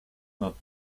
not